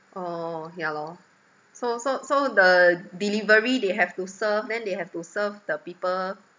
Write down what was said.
orh ya lor so so so the delivery they have to serve then they have to serve the people